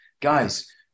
Guys